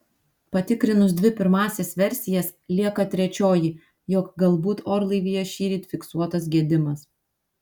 patikrinus dvi pirmąsias versijas lieka trečioji jog galbūt orlaivyje šįryt fiksuotas gedimas